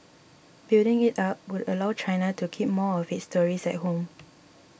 building it up would allow China to keep more of its tourists at home